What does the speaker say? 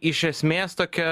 iš esmės tokia